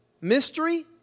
Mystery